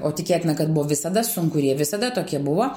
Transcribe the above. o tikėtina kad buvo visada sunku jie visada tokie buvo